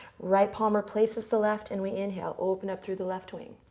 right palm replaces the left, and we inhale. open up through the left wing.